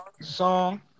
song